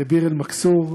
ביר-אלמכסור.